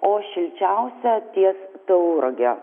o šilčiausia ties taurage